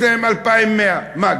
יש להם 2,100. מה,